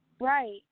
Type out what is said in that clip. Right